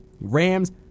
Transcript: Rams